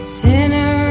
sinner